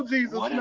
Jesus